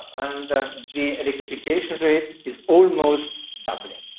the the electrification rate is almost doubling.